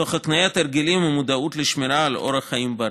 תוך הקניית הרגלים ומודעות לשמירה על אורח חיים בריא.